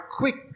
quick